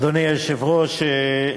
אדוני היושב-ראש,